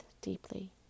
deeply